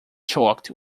shocked